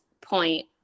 point